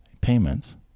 payments